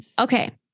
okay